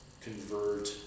convert